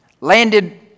Landed